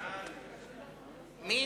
מי נגד?